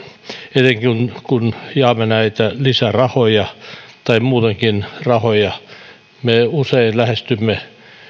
etenkin kun jaamme näitä lisärahoja tai muutenkin rahoja me usein lähestymme